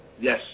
Yes